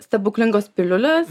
stebuklingos piliulės